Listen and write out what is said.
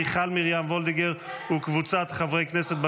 מיכל מרים וולדיגר וקבוצת חברי הכנסת,